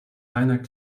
reiner